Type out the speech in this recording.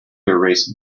erase